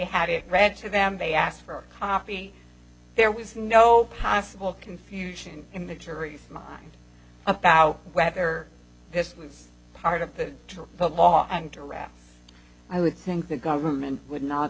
had it read to them they asked for a copy there was no possible confusion in the jury's mind about whether this was part of the trial but moss and to raf i would think the government would not